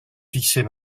fixés